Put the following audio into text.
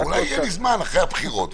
אולי יהיה לי זמן אחרי הבחירות,